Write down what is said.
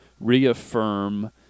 reaffirm